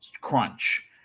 crunch